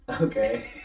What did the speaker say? Okay